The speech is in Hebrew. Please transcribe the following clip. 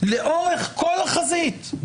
לאורך כל החזית,